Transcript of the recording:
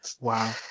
Wow